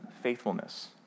Faithfulness